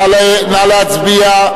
נא להצביע.